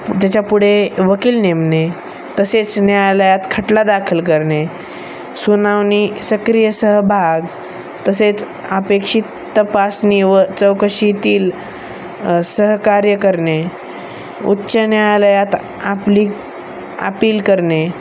त्याच्या पुढे वकील नेमणे तसेच न्यायालयात खटला दाखल करणे सुनावणी सक्रिय सहभाग तसेच अपेक्षित तपासणी व चौकशीतील सहकार्य करणे उच्च न्यायालयात आपली अपिल करणे